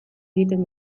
egiten